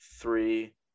three